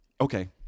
Okay